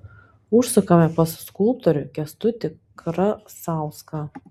užsukame pas skulptorių kęstutį krasauską